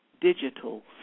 digital